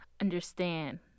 understand